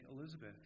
Elizabeth